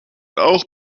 auch